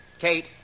Kate